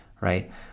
right